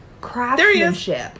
craftsmanship